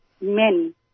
men